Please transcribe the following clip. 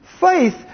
Faith